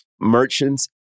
Merchants